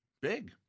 Big